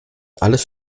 alles